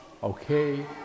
Okay